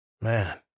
Man